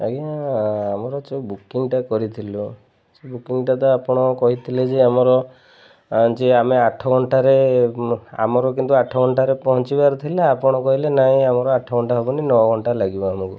ଆଜ୍ଞା ଆମର ଯେଉଁ ବୁକିଂଟା କରିଥିଲୁ ସେ ବୁକିଂଟା ତ ଆପଣ କହିଥିଲେ ଯେ ଆମର ଯେ ଆମେ ଆଠ ଘଣ୍ଟାରେ ଆମର କିନ୍ତୁ ଆଠ ଘଣ୍ଟାରେ ପହଞ୍ଚିବାର ଥିଲା ଆପଣ କହିଲେ ନାଇଁ ଆମର ଆଠ ଘଣ୍ଟା ହବନି ନଅ ଘଣ୍ଟା ଲାଗିବ ଆମକୁ